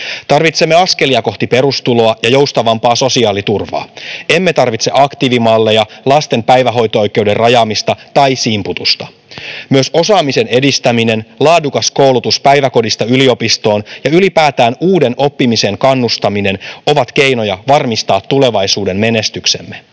Tarvitsemme askelia kohti perustuloa ja joustavampaa sosiaaliturvaa. Emme tarvitse aktiivimalleja, lasten päivähoito-oikeuden rajaamista tai simputusta. Myös osaamisen edistäminen, laadukas koulutus päiväkodista yliopistoon ja ylipäätään kannustaminen uuden oppimiseen ovat keinoja varmistaa tulevaisuuden menestyksemme.